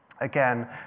Again